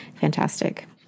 fantastic